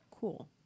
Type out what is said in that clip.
Cool